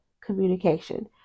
communication